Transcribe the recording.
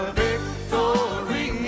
victory